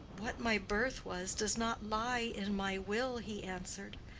what my birth was does not lie in my will, he answered.